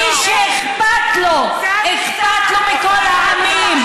מי שאכפת לו, אכפת לו מכל העמים.